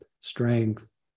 strength